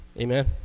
Amen